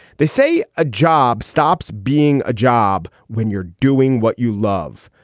they say a job stops being a job when you're doing what you love.